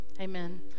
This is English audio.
Amen